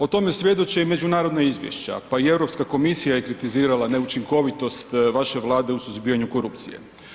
O tome svjedoče i međunarodna izvješća, pa i EU komisija je kritizirala neučinkovitost vaše Vlade u suzbijanju korupcije.